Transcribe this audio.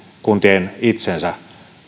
kuntien itsensä